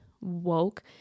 woke